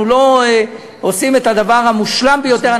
אנחנו לא עושים את הדבר המושלם ביותר,